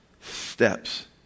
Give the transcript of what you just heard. steps